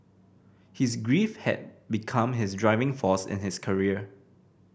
his grief had become his driving force in his career